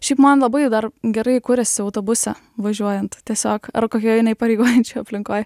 šiaip man labai dar gerai kuriasi autobuse važiuojant tiesiog ar kokioj neįpareigojančioj aplinkoj